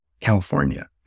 california